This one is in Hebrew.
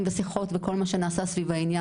ושיחות וכל מה שנעשה סביב העניין,